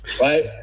Right